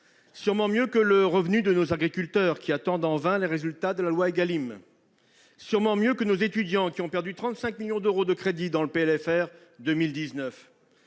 sûrement mieux que le revenu de nos agriculteurs, qui attendent en vain les résultats de la loi Égalim. Vous allez sûrement mieux que nos étudiants, qui ont perdu 35 millions d'euros de crédits dans le projet